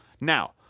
Now